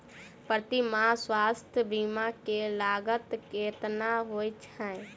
प्रति माह स्वास्थ्य बीमा केँ लागत केतना होइ है?